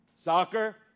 Soccer